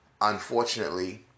unfortunately